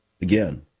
Again